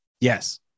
yes